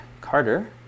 Carter